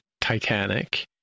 Titanic